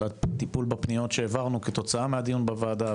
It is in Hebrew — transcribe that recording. על הטיפול בפניות שהעברנו כתוצאה מהדיון בוועדה,